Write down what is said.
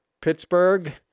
Pittsburgh